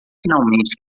finalmente